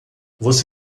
você